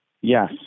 yes